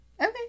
Okay